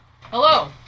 Hello